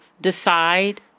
decide